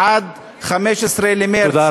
עד 13 במרס,